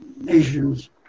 nations